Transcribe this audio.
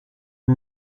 nom